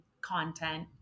content